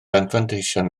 anfanteision